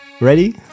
Ready